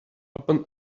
upon